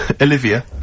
Olivia